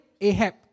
Ahab